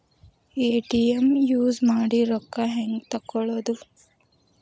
ATM use ಮಾಡಿ ರೊಕ್ಕ ಹೆಂಗೆ ತಕ್ಕೊಳೋದು?